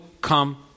come